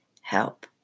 help